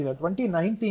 2019